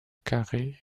carré